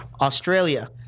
Australia